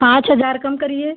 पाँच हजार कम करिए